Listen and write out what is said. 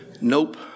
Nope